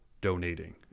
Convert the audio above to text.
donating